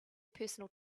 personal